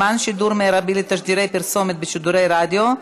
(זמן שידור מרבי לתשדירי פרסומת בשידורי רדיו),